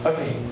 Okay